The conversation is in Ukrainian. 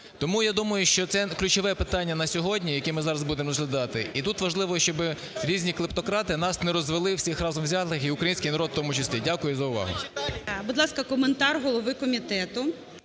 Тому я думаю, що це ключове питання на сьогодні, яке ми зараз будемо розглядати, і тут важливо, щоб різні клептократи нас не розвели, всіх разом взятих, і український народ в тому числі. Дякую за увагу. ГОЛОВУЮЧИЙ. Будь ласка, коментар голови комітету.